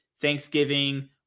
Thanksgiving